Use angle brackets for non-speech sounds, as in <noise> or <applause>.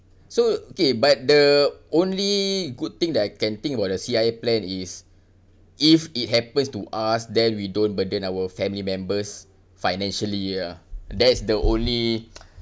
so okay but the only good thing that I can think about the C_I_A plan is if it happens to us then we don't burden our family members financially ya that's the only <noise>